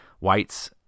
whites